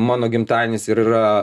mano gimtadienis ir yra